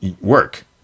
work